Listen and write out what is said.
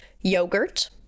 Yogurt